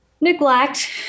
Neglect